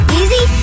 easy